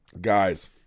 Guys